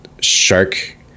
shark